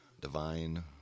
Divine